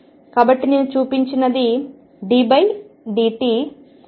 కాబట్టి నేను చూపించినది ddt⟨x⟩⟨p⟩m